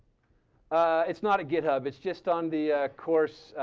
ah it's not a github. it's just on the course,